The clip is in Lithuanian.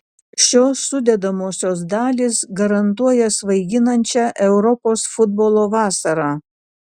šios sudedamosios dalys garantuoja svaiginančią europos futbolo vasarą